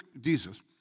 Jesus